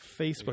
Facebook